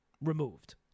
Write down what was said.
removed